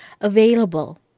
available